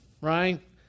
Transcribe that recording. right